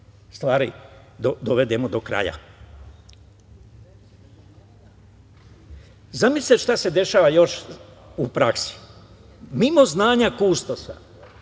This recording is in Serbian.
stvari dovedemo do kraja. Zamislite šta se još dešava u praksi. Mimo znanja kustosa